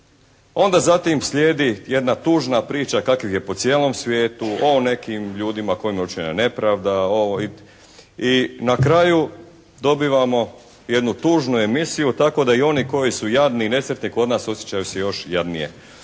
Onda zatim slijedi jedna tužna priča kakvih je po cijelom svijetu o nekim ljudima kojima je učinjena nepravda i na kraju dobivamo jednu tužnu emisiju tako da i oni koji su jadni i nesretni kod nas osjećaju se još jadnije.